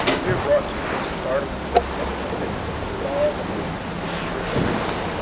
we are brought to a more startling and significant witness to the law the motions of which we are tracing.